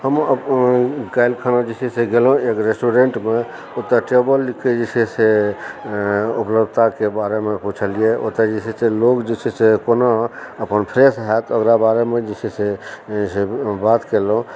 हम काल्हिखन जे छै से गेलहुँ एक रेस्टुरेंटमे ओतय टेबुलके जे छै से उपलब्धताके बारेमे पुछलियै ओतय जे छै से लोग जे छै से कोना फ्रेश हैत तऽ ओकरा बारेमे जे छै से बात केलहुँ